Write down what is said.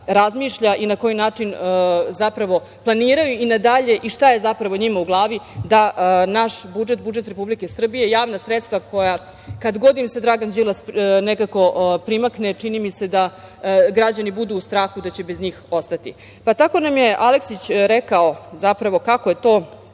i na koji način zapravo planiraju na dalje i šta je zapravo njima u glavi da naš budžet, budžet Republike Srbije, javna sredstva koja kad god im se Dragan Đilas nekako primakne čini mi se da građani budu u strahu da će bez njih ostati. Tako nam je Aleksić rekao, zapravo, kako je to